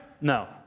No